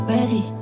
Ready